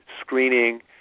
screening